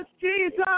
Jesus